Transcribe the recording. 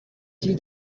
see